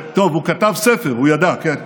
טוב, הוא כתב ספר, הוא ידע, כן.